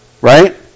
Right